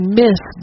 miss